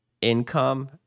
income